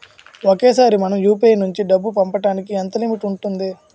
ఒకేసారి మనం యు.పి.ఐ నుంచి డబ్బు పంపడానికి ఎంత లిమిట్ ఉంటుంది?